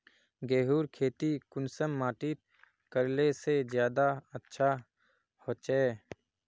गेहूँर खेती कुंसम माटित करले से ज्यादा अच्छा हाचे?